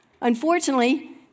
unfortunately